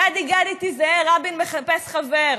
"גדי, גדי, תיזהר, רבין מחפש חבר",